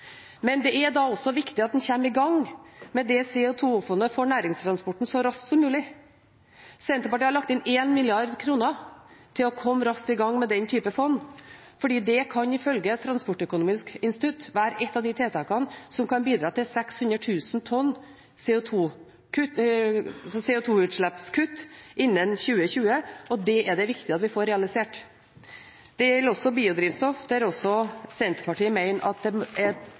men det er også viktig at en da kommer i gang med det CO 2 -fondet for næringstransporten så raskt som mulig. Senterpartiet har lagt inn 1 mrd. kr til å komme raskt i gang med den typen fond, fordi det ifølge Transportøkonomisk institutt kan være et av de tiltakene som kan bidra til 600 000 tonn CO 2 -utslippskutt innen 2020, og det er det viktig at vi får realisert. Det gjelder også biodrivstoff, der også Senterpartiet mener at det er